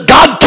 God